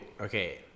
Okay